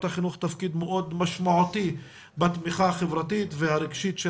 החינוך תפקיד מאוד משמעותי בתמיכה החברתית והרגשית של